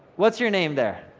what's your name there?